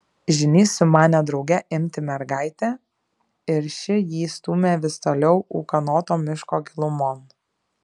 žynys sumanė drauge imti mergaitę ir ši jį stūmė vis toliau ūkanoto miško gilumon